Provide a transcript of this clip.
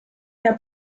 der